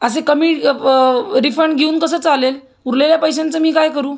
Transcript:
असे कमी रिफंड घेऊन कसं चालेल उरलेल्या पैशांचं मी काय करू